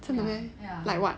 真的 meh like what